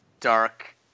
dark